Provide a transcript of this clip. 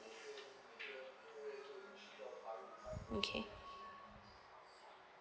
okay